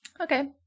Okay